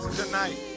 tonight